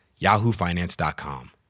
yahoofinance.com